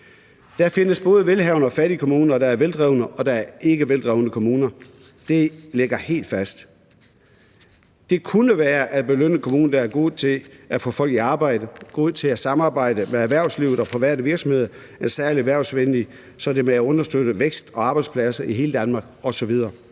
Der findes både velhavende og fattige kommuner, og der er veldrevne og ikkeveldrevne kommuner, det ligger helt fast, og det kunne være et incitament at belønne kommuner, der er gode til at få folk i arbejde, gode til at samarbejde med erhvervslivet og private virksomheder, som er særlig erhvervsvenlige, så det vil understøtte vækst og arbejdspladser i hele Danmark osv.